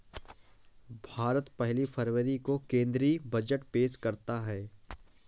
भारत पहली फरवरी को केंद्रीय बजट पेश करता है